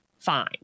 fine